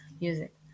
music